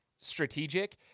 strategic